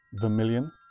vermilion